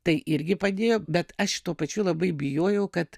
tai irgi padėjo bet aš tuo pačiu labai bijojau kad